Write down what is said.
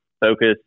focus